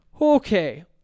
Okay